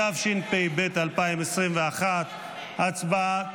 התשפ"ב 2021. הצבעה כעת.